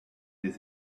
des